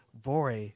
Vore